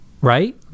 right